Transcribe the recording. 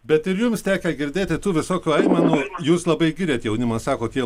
bet ir jums tekę girdėti tų visokių aimanų jūs labai giriat jaunimą sakot jie